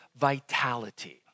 vitality